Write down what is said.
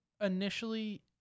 initially